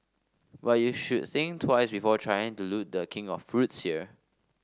but you should think twice before trying to loot the king of fruits here